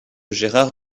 gérard